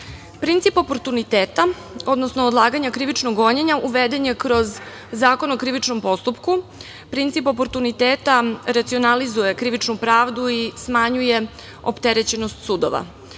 oportuniteta, odnosno odlaganja krivičnog gonjenja uveden je kroz Zakon o krivičnom postupku. Princip oportuniteta racionalizuje krivičnu pravdu i smanjuje opterećenost sudova. Do